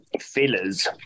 fillers